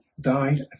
died